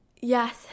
Yes